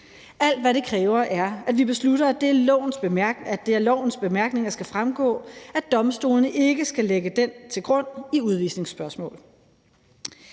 Alt, hvad det kræver, er, at vi beslutter, at det af lovens bemærkninger skal fremgå, at domstolene ikke skal lægge den til grund i udvisningsspørgsmål.